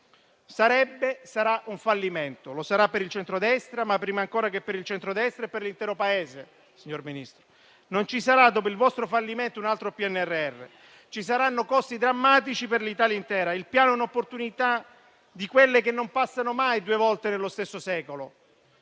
Sarà un fallimento: lo sarà per il centrodestra, ma, prima ancora, lo sarà per l'intero Paese, signor Ministro. Non ci sarà, dopo il vostro fallimento, un altro PNRR. Ci saranno costi drammatici per l'Italia intera. Il Piano è un'opportunità di quelle che non passano mai due volte nello stesso secolo.